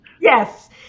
Yes